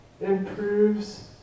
improves